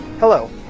Hello